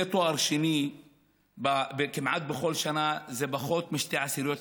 תואר שני כמעט בכל שנה הם פחות מ-0.2%.